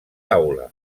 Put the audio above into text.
aula